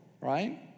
Right